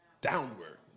downward